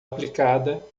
aplicada